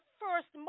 first